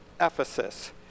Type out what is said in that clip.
Ephesus